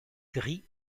gris